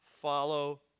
follow